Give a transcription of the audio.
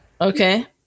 Okay